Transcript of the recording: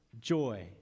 joy